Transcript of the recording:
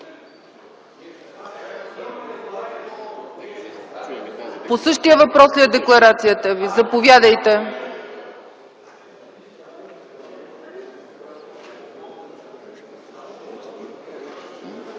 По същия въпрос ли е декларацията Ви? Заповядайте.